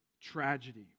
tragedy